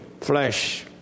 flesh